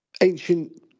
ancient